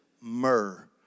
Myrrh